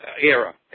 era